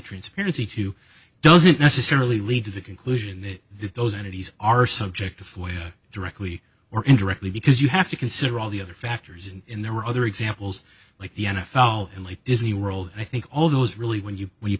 transparency to doesn't necessarily lead to the conclusion that those entities are subject to flare directly or indirectly because you have to consider all the other factors and there are other examples like the n f l and like disney world i think all of those really when you when you